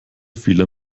fehler